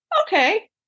okay